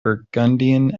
burgundian